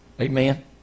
Amen